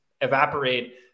evaporate